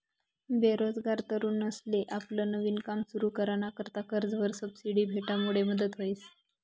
बेरोजगार तरुनसले आपलं नवीन काम सुरु कराना करता कर्जवर सबसिडी भेटामुडे मदत व्हस